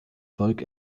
volk